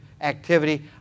activity